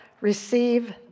receive